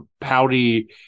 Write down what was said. pouty